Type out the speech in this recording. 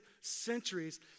centuries